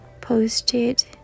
posted